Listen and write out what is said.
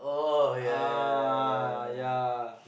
ah yeah